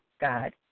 God